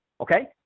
Okay